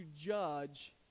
judge